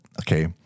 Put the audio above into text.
Okay